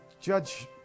judge